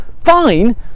Fine